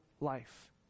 life